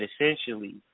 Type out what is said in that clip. essentially